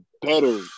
better